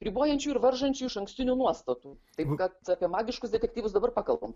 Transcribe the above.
ribojančių ir varžančių išankstinių nuostatų taip kad apie magiškus detektyvus dabar pakalbam